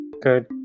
good